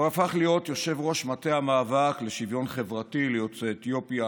הוא הפך להיות יושב-ראש מטה המאבק לשוויון חברתי ליוצאי אתיופיה